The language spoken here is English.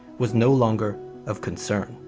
was no longer of concern.